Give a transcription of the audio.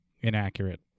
inaccurate